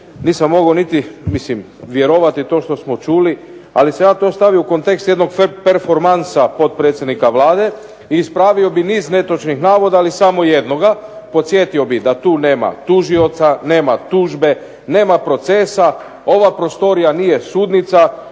Nisam mogao niti, mislim vjerovati to što smo čuli. Ali sam ja to stavio u kontekst jednog performansa potpredsjednika Vlade i ispravio bih niz netočnih navoda, ali samo jednoga. Podsjetio bih da tu nema tužioca, nema tužbe, nema procesa. Ova prostorija nije sudnica,